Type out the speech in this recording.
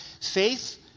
Faith